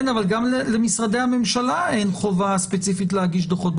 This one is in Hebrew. אבל גם למשרדי הממשלה אין חובה ספציפית להגיש דוחות.